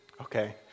Okay